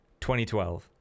2012